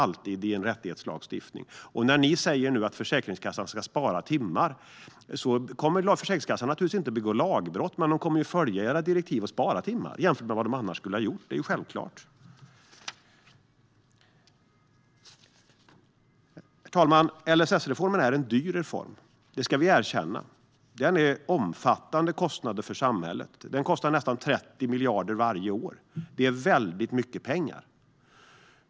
När ni nu säger att Försäkringskassan ska spara in på timmar kommer man naturligtvis inte att begå lagbrott, men man kommer att följa era direktiv om att spara in på timmar jämfört med vad man annars skulle ha gjort; det är självklart. Herr talman! LSS-reformen är en dyr reform - det ska vi erkänna. Den medför omfattande kostnader för samhället. Den kostar nästan 30 miljarder varje år, och det är väldigt mycket pengar.